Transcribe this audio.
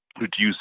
reduce